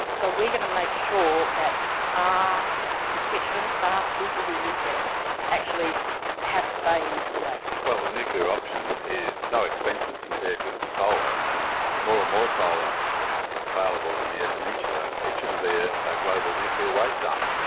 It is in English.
so we are going to make sure that our constituents, our people who live there actually have a say in this debate. well, the nuclear option is so expensive compared with solar, and more and more solar available in the eyre peninsula, it shouldn't be a global nuclear waste dump.